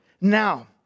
Now